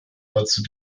dazu